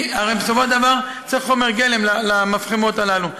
הרי בסופו של דבר צריך חומר גלם למפחמות הללו.